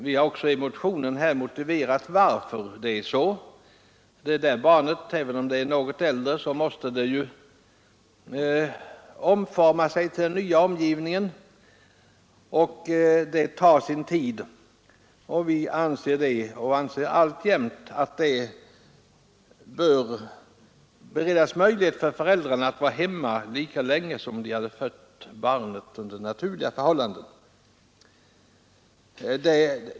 Vi har i motionen motiverat förslaget. Även om adoptivbarnet inte är nyfött måste det anpassa sig till den nya omgivningen, och det tar sin tid. Vi anser därför att adoptivföräldrarna bör beredas möjlighet att vara hemma lika länge som om de själva hade fött barnet under naturliga förhållanden.